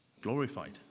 glorified